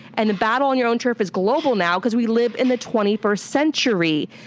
and the battle on your own turf is global now because we live in the twenty first century.